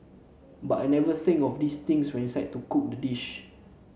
but I never think of these things when I decide to cook the dish